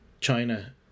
China